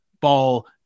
ball